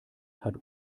hat